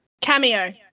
Cameo